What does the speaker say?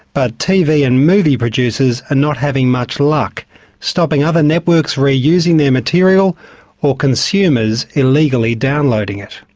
ah tv and movie producers are not having much luck stopping other networks re-using their material or consumers illegally downloading it.